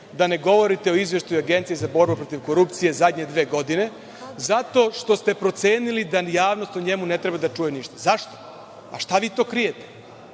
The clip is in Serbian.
da ne govorite o izveštaju Agencije za borbu protiv korupcije zadnje dve godine, zato što ste procenili da ni javnost o njemu ne treba da čuje ništa. Zašto? Šta vi to krijete?